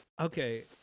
Okay